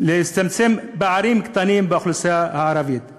כדי לצמצם פערים קטנים באוכלוסייה הערבית,